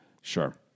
Sure